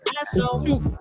asshole